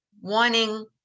wanting